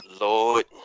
Lord